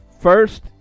first